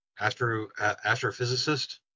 astrophysicist